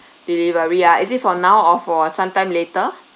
delivery ya is it for now or for sometime later